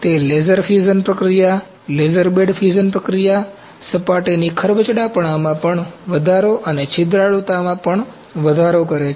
તે laser fusion પ્રક્રિયા laser bed fusion પ્રક્રિયા સપાટીની ખરબચડાપણામાં વધારો અને છિદ્રાળુતામાં પણ વધારો કરે છે